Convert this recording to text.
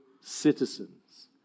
citizens